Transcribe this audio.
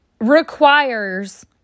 requires